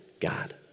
God